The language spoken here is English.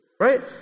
Right